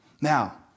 Now